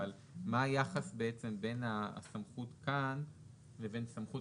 אבל מה היחס בין הסמכות כאן לבין סמכות